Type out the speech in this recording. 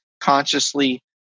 consciously